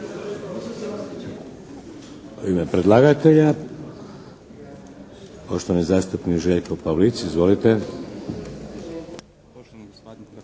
U ime predlagatelja, poštovani zastupnik Željko Pavlic. Izvolite.